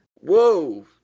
Whoa